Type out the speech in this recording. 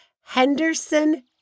Henderson